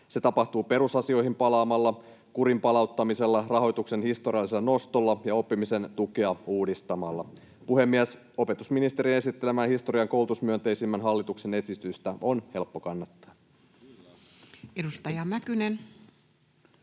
Se tapahtuu perusasioihin palaamalla, kurin palauttamisella, rahoituksen historiallisella nostolla ja oppimisen tukea uudistamalla. Puhemies! Opetusministerin esittelemää historian koulutusmyönteisimmän hallituksen esitystä on helppo kannattaa. [Speech